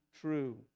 true